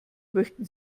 möchten